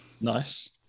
Nice